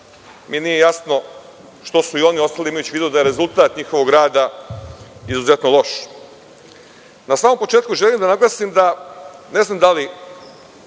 mi nije jasno što su i oni ostali, imajući u vidu da je rezultat njihovog rada izuzetno loš. Na samom početku želim da naglasim da ne znam da li